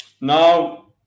Now